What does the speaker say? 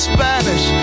Spanish